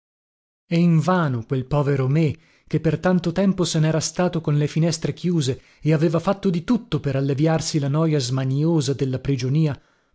e invano quel povero me che per tanto tempo se nera stato con le finestre chiuse e aveva fatto di tutto per alleviarsi la noja smaniosa della prigionia